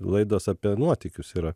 laidos apie nuotykius yra